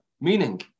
Meaning